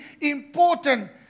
important